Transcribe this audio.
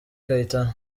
kayitana